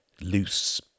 loose